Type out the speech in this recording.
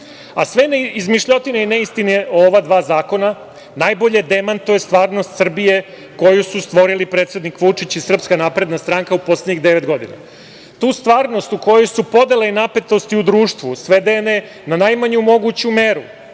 a sve na izmišljotine i neistine ova dva zakona najmanje demantuje stvarnost Srbije koju su stvorili predsednik Vučić i SNS u poslednjih devet godina. Tu stvarnost u kojoj su podela i napetosti u društvu svedene na najmanju moguću meru